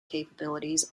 capabilities